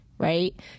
Right